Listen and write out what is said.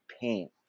paint